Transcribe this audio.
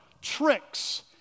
tricks